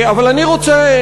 אבל אני רוצה,